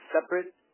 separate